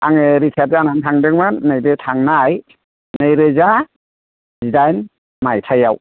आङो रिथायार्थ जानानै थांदोंमोन नैबे थांनाय नै रोजा जिडाइन मायथाइयाव